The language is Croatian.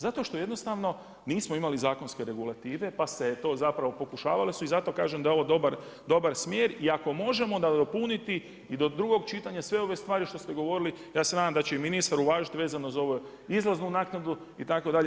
Zato što jednostavno mi nismo imali zakonske regulative, pa se to zapravo pokušavalo se, zato kažem da je ovo dobar smjer i ako možemo nadopuniti i do drugog čitanja, sve ove stvari što ste govorili, ja se nadam da će i ministar uvažiti vezano uz ovu izlaznu naknadu, itd.